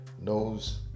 knows